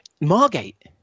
margate